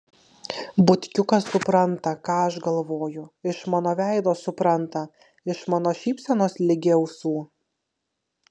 butkiukas supranta ką aš galvoju iš mano veido supranta iš mano šypsenos ligi ausų